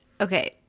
Okay